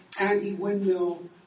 anti-windmill